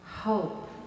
Hope